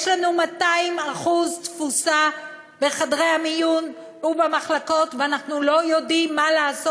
יש לנו 200% תפוסה בחדרי המיון ובמחלקות ואנחנו לא יודעים מה לעשות.